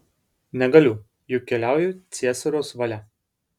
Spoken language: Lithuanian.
negaliu juk keliauju ciesoriaus valia